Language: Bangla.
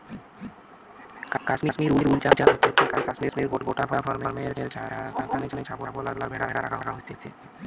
কাশ্মীর উল চাষ হচ্ছে কাশ্মীর গোট ফার্মে যেখানে ছাগল আর ভ্যাড়া রাখা হইছে